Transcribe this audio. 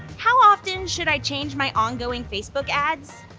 how often should i change my ongoing facebook ads?